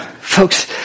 folks